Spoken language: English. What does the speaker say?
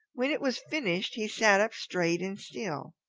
when it was finished he sat up straight and still,